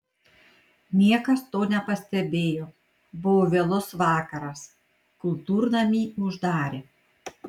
niekas to nepastebėjo buvo vėlus vakaras kultūrnamį uždarė